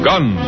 Gun